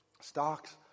stocks